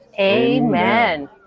amen